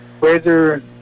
Razor